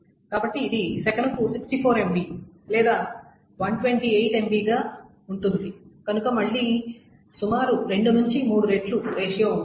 కాబట్టి ఇది సెకనుకు 64 MB లేదా 128 MB గా ఉంటుంది కనుక మళ్లీ సుమారు 2 నుండి 3 రెట్లు రేషియో ఉంటుంది